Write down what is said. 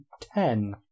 ten